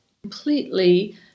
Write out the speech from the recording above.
completely